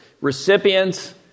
recipients